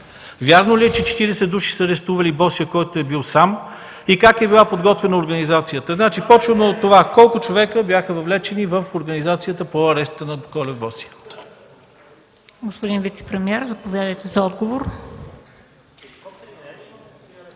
Вярно ли е, че 40 души са арестували Босия, който е бил сам? И как е била подготвена организацията? Започваме от това – колко човека бяха въвлечени в организацията по ареста на Колев-Босия?